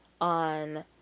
on